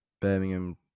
Birmingham